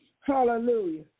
Hallelujah